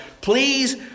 please